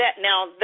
now